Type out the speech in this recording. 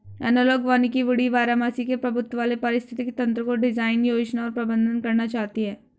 analogue वानिकी woody बारहमासी के प्रभुत्व वाले पारिस्थितिक तंत्रको डिजाइन, योजना और प्रबंधन करना चाहती है